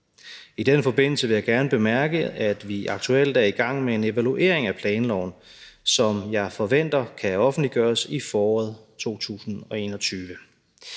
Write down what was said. I den forbindelse vil jeg gerne bemærke, at vi aktuelt er i gang med en evaluering af planloven, som jeg forventer kan offentliggøres i foråret 2021.